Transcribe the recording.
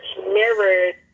mirrored